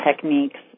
techniques